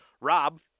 Rob